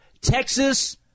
Texas